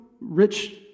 rich